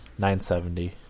970